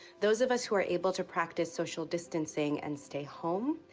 those of us who are able to practice social distancing and stay home,